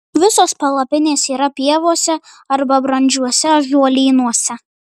visos palapinės yra pievose ar brandžiuose ąžuolynuose